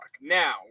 Now